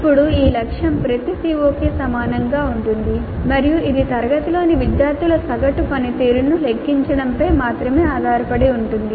ఇప్పుడు ఈ లక్ష్యం ప్రతి CO కి సమానంగా ఉంటుంది మరియు ఇది తరగతిలోని విద్యార్థుల సగటు పనితీరును లెక్కించడంపై మాత్రమే ఆధారపడి ఉంటుంది